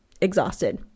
exhausted